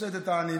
פושט את העניבה,